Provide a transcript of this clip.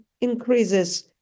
increases